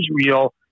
Israel